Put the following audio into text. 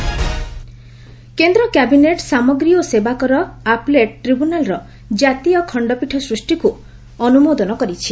cabinet decision କେନ୍ଦ୍ର cabinet ସାମଗ୍ରୀ ଓ ସେବାକର ଆପେଲେଟ୍ ଟ୍ରିବ୍ୟୁନାଲ୍ର ଜାତୀୟ ଖଣ୍ଡପୀଠ ସୂଷ୍ଟିକୁ ଅନୁମୋଦନ କରିଛି